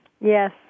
Yes